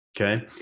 Okay